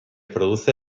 produce